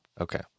Okay